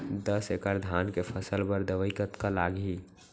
दस एकड़ धान के फसल बर दवई कतका लागही?